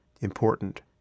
important